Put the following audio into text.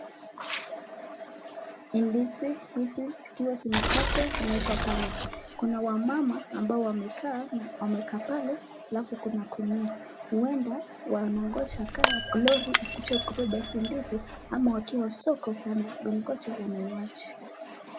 Ni ndizi hizi zikiwa zimekatwa zimewekwa pale, kuna wamama ambaye wamekaa pale alafu kuna gunia huenda wanangoja lori ikuje kubeba hizi ndizi ama wakiwa soko wanagoja wanunuaji.